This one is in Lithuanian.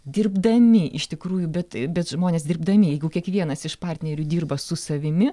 dirbdami iš tikrųjų bet bet žmonės dirbdami jeigu kiekvienas iš partnerių dirba su savimi